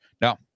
Now